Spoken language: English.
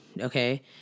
Okay